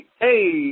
hey